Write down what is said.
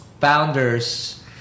founders